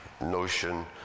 notion